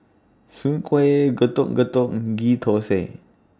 Soon Kuih Getuk Getuk Ghee Thosai